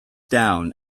down